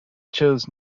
chose